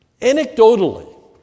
Anecdotally